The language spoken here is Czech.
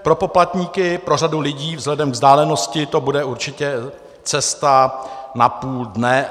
Pro poplatníky, pro řadu lidí vzhledem k vzdálenosti to bude určitě cesta na půl dne.